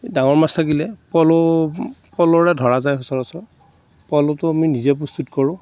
ডাঙৰ মাছ থাকিলে পল' প'লৰে ধৰা যায় সচৰাচৰ পল'তো আমি নিজে প্ৰস্তুত কৰোঁ